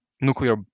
nuclear